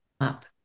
up